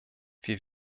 wir